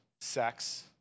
sex